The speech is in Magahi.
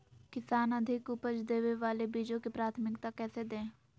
किसान अधिक उपज देवे वाले बीजों के प्राथमिकता कैसे दे?